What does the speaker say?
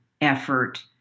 effort